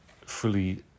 fully